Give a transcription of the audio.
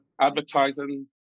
advertising